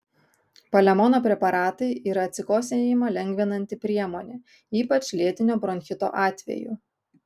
palemono preparatai yra atsikosėjimą lengvinanti priemonė ypač lėtinio bronchito atveju